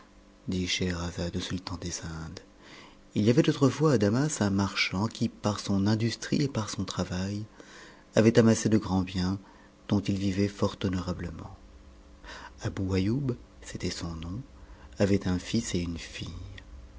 scheherazade au sultan des indes il y avait autrefois à damas un marchand qui par son industrie et par son travail avait amassa de grands biens dont il vivait tort honorablement abou aïoub c'était son nom avait un s s et une fille